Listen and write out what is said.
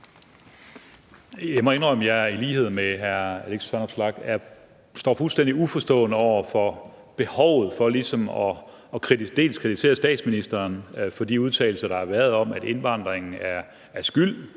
Jeg må indrømme, at jeg i lighed med hr. Alex Vanopslagh står fuldstændig uforstående over for behovet for ligesom at kritisere statsministeren for de udtalelser, der har været, om, at indvandringen har stor